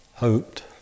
hoped